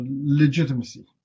legitimacy